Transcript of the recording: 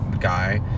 guy